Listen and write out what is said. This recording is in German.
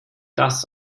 das